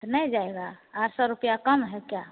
तो नहीं जाएगा आठ सौ रुपया कम है क्या